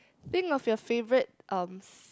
think of your favourite um s~